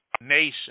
nation